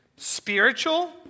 spiritual